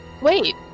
Wait